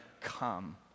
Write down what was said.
come